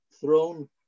throne